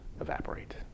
evaporate